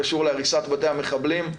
קשור להריסת בתי המחבלים.